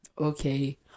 okay